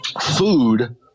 food